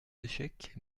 échecs